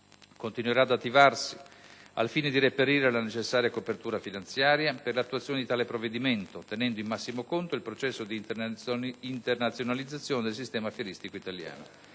continuerà ad attivarsi al fine di reperire la necessaria copertura finanziaria per l'attuazione di tale provvedimento, tenendo in massimo conto il processo di internazionalizzazione del sistema fieristico italiano.